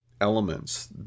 elements